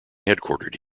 headquartered